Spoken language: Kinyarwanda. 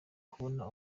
kubona